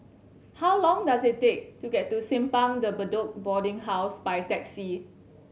how long does it take to get to Simpang De Bedok Boarding House by taxi